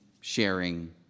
sharing